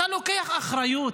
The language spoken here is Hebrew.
אתה לוקח אחריות